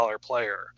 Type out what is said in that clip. player